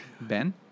Ben